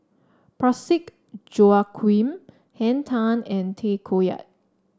Parsick Joaquim Henn Tan and Tay Koh Yat